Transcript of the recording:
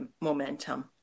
momentum